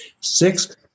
Six